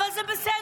אבל זה בסדר,